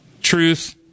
truth